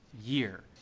year